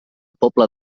pobla